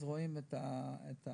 אז רואים את הרופאים,